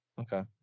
Okay